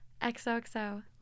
XOXO